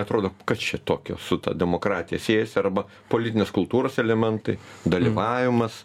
atrodo kas čia tokio su ta demokratija siejasi arba politinės kultūros elementai dalyvavimas